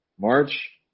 March